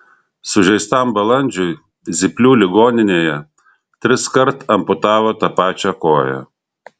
sužeistam balandžiui zyplių ligoninėje triskart amputavo tą pačią koją